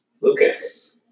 Lucas